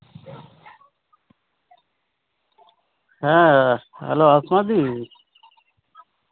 হ্যাঁ হ্যালো অসীমাদি